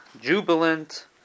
jubilant